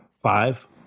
five